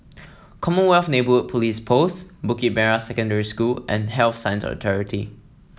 Commonwealth Neighbourhood Police Post Bukit Merah Secondary School and Health Sciences Authority